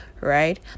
right